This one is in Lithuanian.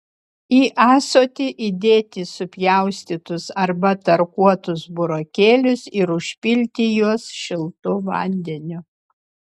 į ąsotį įdėti supjaustytus arba tarkuotus burokėlius ir užpilti juos šiltu vandeniu